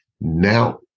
Now